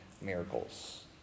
miracles